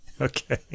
Okay